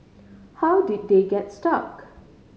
how did they gets stuck